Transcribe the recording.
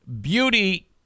beauty